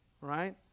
right